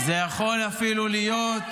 של נעליך מעל רגליך.